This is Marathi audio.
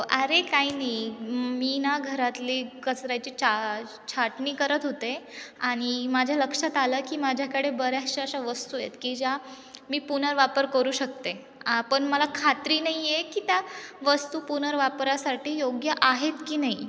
अरे काही नाही मी ना घरातली कचऱ्याची चा छाटणी करत होते आणि माझ्या लक्षात आलं की माझ्याकडे बऱ्याचशा अशा वस्तू आहेत की ज्या मी पुनर्वापर करू शकते आपण मला खात्री नाही आहे की त्या वस्तू पुनर्वापरासाठी योग्य आहेत की नाही